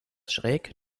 schräg